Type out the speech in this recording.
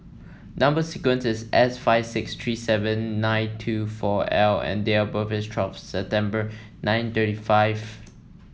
number sequence is S five six three seven nine two four L and date of birth is twelve September nine thirty five